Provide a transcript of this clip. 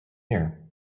year